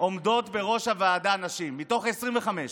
עומדות בראש הוועדה נשים מתוך 25?